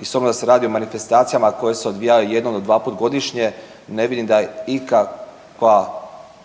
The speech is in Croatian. i s obzirom da se radi o manifestacijama koje se odvijaju jednom do dva puta godišnje ne vidim da je ikakva